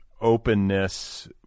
openness